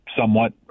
somewhat